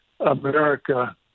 america